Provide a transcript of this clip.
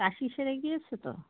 কাশি সেরে গিয়েছে তো